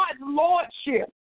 lordship